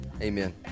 amen